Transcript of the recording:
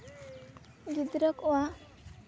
ᱜᱤᱫᱽᱨᱟᱹ ᱠᱚᱣᱟᱜ